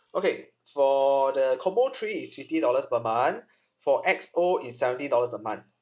okay for the combo three is fifty dollars per month for X_O is seventy dollars a month